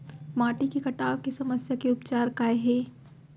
माटी के कटाव के समस्या के उपचार काय हे?